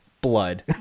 blood